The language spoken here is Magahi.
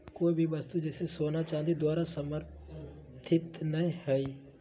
कोय भी वस्तु जैसे सोना चांदी द्वारा समर्थित नय हइ